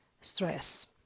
stress